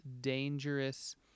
dangerous